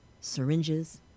syringes